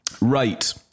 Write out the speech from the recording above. Right